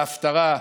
בהפטרה,